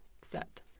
set